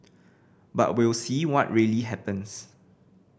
but we'll see what really happens